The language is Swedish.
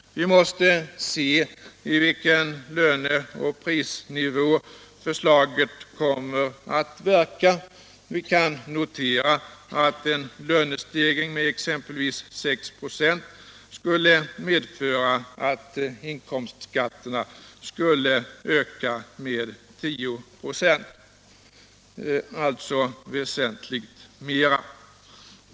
Vi måste se i vilken löne och prisnivå förslaget kommer att verka. Vi kan notera att en lönestegring med exempelvis 6 96 skulle medföra att inkomstskatterna skulle öka med 10 96, alltså väsentligt mera.